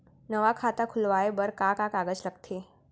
नवा खाता खुलवाए बर का का कागज लगथे?